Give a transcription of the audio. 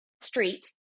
street